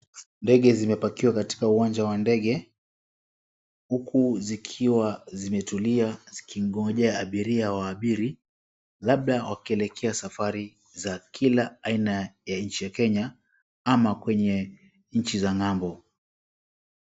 Ndege zimepakiwa katika uwanja wa ndege huku zikiwa zimetulia zikingojea abiria waabiri. Labda wakielekea safari za kila aina za nchi ya Kenya ama kwenye nchi za ng'ambo.